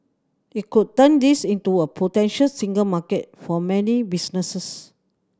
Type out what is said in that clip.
it could turn this into a potential single market for many businesses